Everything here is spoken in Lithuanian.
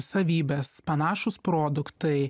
savybės panašūs produktai